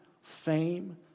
Fame